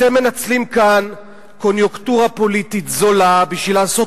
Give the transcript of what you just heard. אתם מנצלים כאן קוניונקטורה פוליטית זולה בשביל לעשות